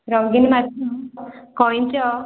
ରଙ୍ଗୀନ ମାଛ କଇଁଚ